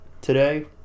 Today